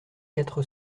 quatre